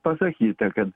pasakyta kad